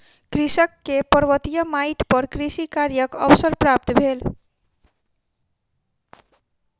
कृषक के पर्वतीय माइट पर कृषि कार्यक अवसर प्राप्त भेल